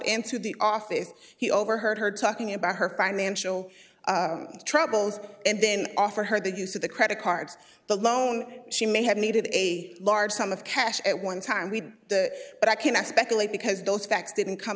into the office he overheard her talking about her financial troubles and then offered her the use of the credit card the loan she may have needed a large sum of cash at one time but i cannot speculate because those facts didn't come